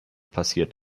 passiert